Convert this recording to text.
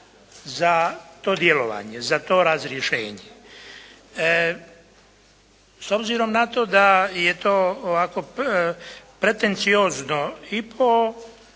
za to djelovanje, za to razrješenje. S obzirom na to da je to ovako pretenciozno i po